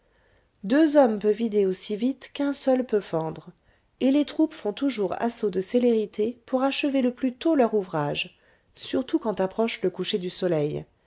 deux hommes peuvent vider aussi vite qu'un seul peut fendre et les troupes font toujours assaut de célérité pour achever le plus tôt leur ouvrage surtout quand approche le coucher du soleil